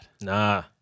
Nah